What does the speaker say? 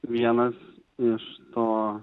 vienas iš to